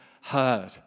heard